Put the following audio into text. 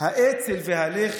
האצ"ל והלח"י,